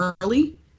early